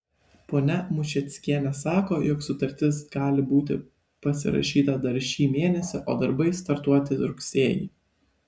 ponia mušeckienė sako jog sutartis gali būti pasirašyta dar šį mėnesį o darbai startuoti rugsėjį